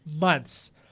months